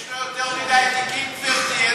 יש לו יותר מדי תיקים, גברתי.